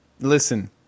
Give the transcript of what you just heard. Listen